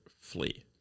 flee